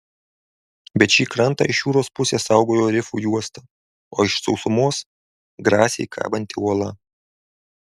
bet šį krantą iš jūros pusės saugojo rifų juosta o iš sausumos grasiai kabanti uola